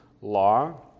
law